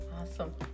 Awesome